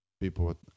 People